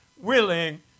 willing